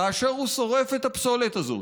כאשר הוא שורף את הפסולת הזאת,